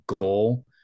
goal